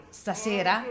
stasera